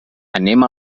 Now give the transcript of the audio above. anem